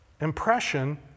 impression